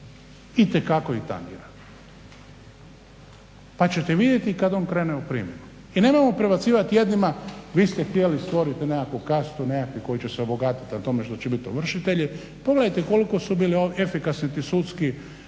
I te kako ih tangira, pa ćete vidjeti kad on krene u primjenu. I nemojmo prebacivati jednima vi ste htjeli stvoriti nekakvu kastu, nekakvi koji će se obogatiti na tome što će biti ovršitelji. Pogledajte koliko su bili efikasni ti sudski